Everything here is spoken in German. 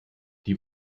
die